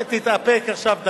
תתאפק עכשיו דקה.